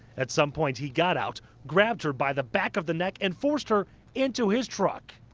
at some point, he got out, grabbed her by the back of the neck and forced her into his truck.